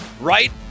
right